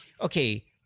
okay